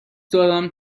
دارم